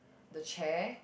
the chair